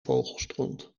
vogelstront